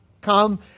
come